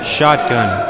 Shotgun